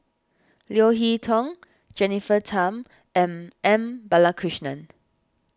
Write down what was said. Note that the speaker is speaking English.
Leo Hee Tong Jennifer Tham and M Balakrishnan